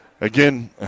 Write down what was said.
again